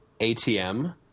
ATM